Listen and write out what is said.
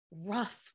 rough